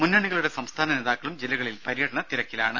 മുന്നണികളുടെ സംസ്ഥാന നേതാക്കളും ജില്ലകളിൽ പര്യടന തിരക്കിലാണ്